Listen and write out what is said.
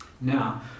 Now